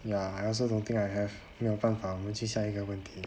ya I also don't think I have 没有办法我们去下一个问题